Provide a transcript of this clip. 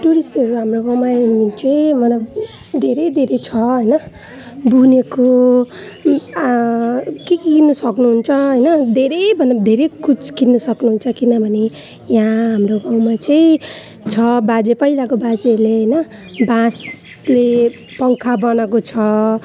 टुरिस्टहरू हाम्रो गाउँमा आयो भने चाहिँ मतलब धेरै धेरै छ होइन बुनेको के के किन्नु सक्नुहुन्छ होइन धेरैभन्दा पनि धेरै कुछ किन्न सक्नुहुन्छ किनभने यहाँ हाम्रो गाउँमा चाहिँ छ बाजे पहिलाको बाजेहरूले होइन बाँसले पङ्खा बनाएको छ